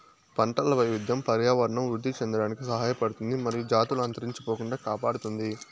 పంటల వైవిధ్యం పర్యావరణం వృద్ధి చెందడానికి సహాయపడుతుంది మరియు జాతులు అంతరించిపోకుండా కాపాడుతుంది